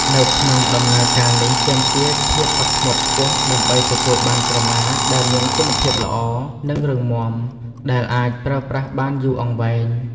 នៅក្នុងដំណើរការនេះទាមទារភាពអត់ធ្មត់ខ្ពស់ដើម្បីទទួលបានក្រមាដែលមានគុណភាពល្អ និងរឹងមាំ ដែលអាចប្រើប្រាស់បានយូរអង្វែង។